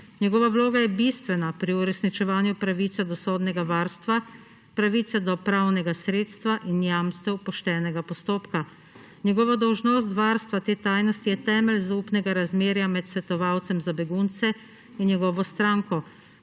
Njegova vloga je bistvena pri uresničevanju pravice do sodnega varstva, pravice do pravnega sredstva in jamstev poštenega postopka. Njegova dolžnost varstva te tajnosti je temelj zaupnega razmerja med svetovalcem za begunce in njegovo stranko,